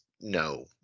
no